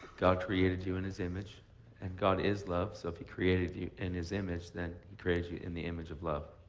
god created you in his image and god is love, so if he created you in his image, then he created you in the image of love.